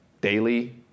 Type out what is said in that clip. daily